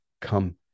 come